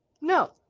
No